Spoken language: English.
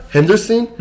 Henderson